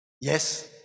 Yes